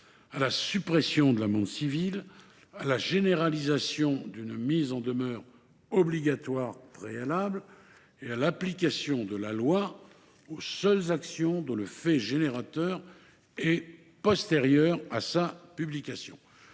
à la suppression de l’amende civile, à la généralisation d’une mise en demeure obligatoire préalable ainsi qu’à l’application de la loi aux seules actions dont le fait générateur est postérieur à sa publication.